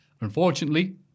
Unfortunately